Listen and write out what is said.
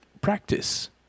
practice